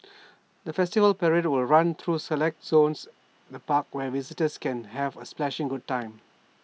the festival parade will run through select zones the park where visitors can have A splashing good time